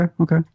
okay